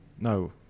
No